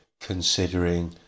considering